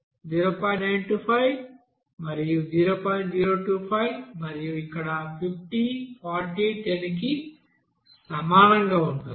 025 మరియు ఇక్కడ 50 40 10 కి సమానంగా ఉంటుంది